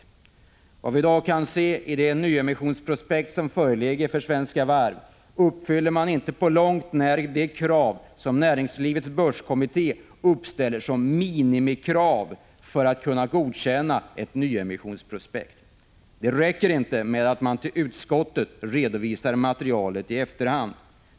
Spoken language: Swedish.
Av vad vi i dag kan se i det nya emissionsprospekt som föreligger från Svenska Varv uppfyller det inte på långt när de minimikrav som näringslivets börskommitté uppställer för att godkänna ett nyemissionsprospekt. Det räcker inte med att man för utskottet redovisar materialet i efterhand.